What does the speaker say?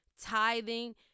tithing